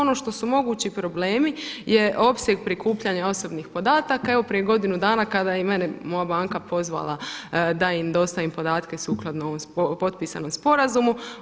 Ono što su mogući problemi je opseg prikupljanja osobnih podataka, evo prije godinu dana kada je i mene moja banka pozvala da im dostavim podatke sukladno ovom potpisanom sporazumu.